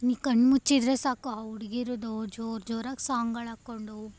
ಇಲ್ಲಿ ಕಣ್ಣು ಮುಚ್ಚಿದರೆ ಸಾಕು ಆ ಹುಡ್ಗಿರದ್ದು ಜೋರು ಜೋರಾಗಿ ಸಾಂಗಳು ಹಾಕ್ಕೊಂಡು